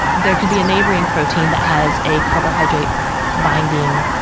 there could be a neighboring protein that has a carbohydrate binding